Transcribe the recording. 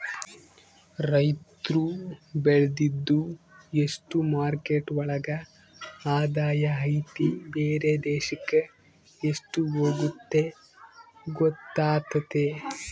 ರೈತ್ರು ಬೆಳ್ದಿದ್ದು ಎಷ್ಟು ಮಾರ್ಕೆಟ್ ಒಳಗ ಆದಾಯ ಐತಿ ಬೇರೆ ದೇಶಕ್ ಎಷ್ಟ್ ಹೋಗುತ್ತೆ ಗೊತ್ತಾತತೆ